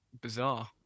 bizarre